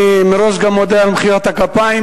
אני מראש גם מודה על מחיאות הכפיים.